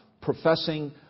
professing